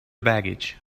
baggage